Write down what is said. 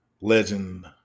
legend